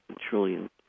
trillion